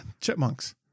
chipmunks